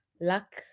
luck